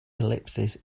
ellipses